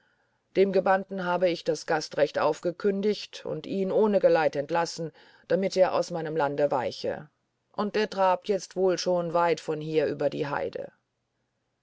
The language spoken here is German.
dem gebannten habe ich das gastrecht aufgekündigt und ihn ohne geleit entlassen damit er aus meinem lande weiche und er trabt jetzt wohl schon weit von hier über die heide